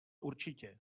určitě